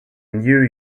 new